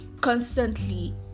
constantly